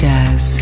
Jazz